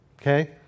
Okay